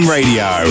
Radio